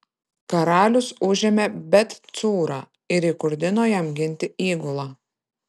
karalius užėmė bet cūrą ir įkurdino jam ginti įgulą